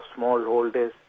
smallholders